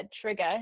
trigger